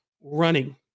running